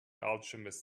alchemist